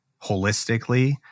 holistically